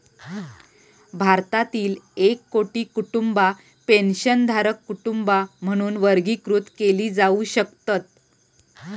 भारतातील एक कोटी कुटुंबा पेन्शनधारक कुटुंबा म्हणून वर्गीकृत केली जाऊ शकतत